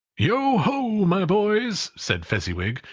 yo ho, my boys! said fezziwig.